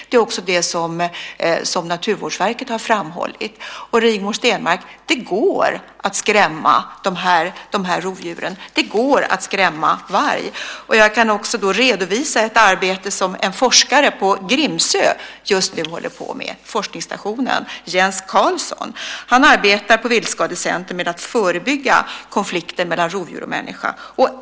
Det är också det som Naturvårdsverket har framhållit. Det går att skrämma de här rovdjuren. Det går att skrämma varg. Jag kan redovisa ett arbete som en forskare - Jens Karlsson - just nu håller på med på forskningsstationen Grimsö. Han arbetar på viltskadecentrum med att förebygga konflikter mellan rovdjur och människa.